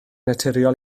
naturiol